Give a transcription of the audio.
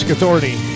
authority